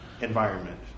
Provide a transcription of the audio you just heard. environment